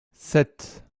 sept